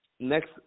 next